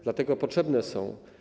Dlatego potrzebne są.